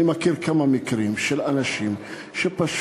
אני מכיר כמה מקרים של אנשים שפשוט